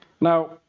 Now